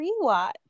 rewatch